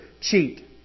cheat